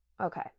okay